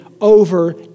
over